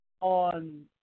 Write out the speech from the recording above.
on